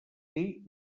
dir